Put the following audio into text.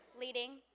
Leading